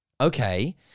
okay